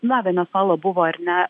na venesuela buvo buvo ar ne